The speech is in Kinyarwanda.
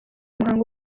umuhango